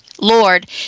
Lord